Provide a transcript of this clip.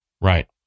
Right